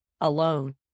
alone